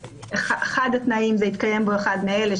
אחד התנאים זה התקיים בו אחד מאלה,